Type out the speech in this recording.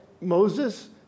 Moses